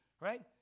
right